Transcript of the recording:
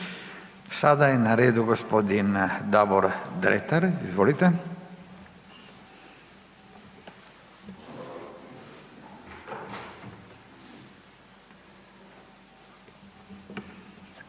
Sada je na redu g. Davor Dretar, izvolite.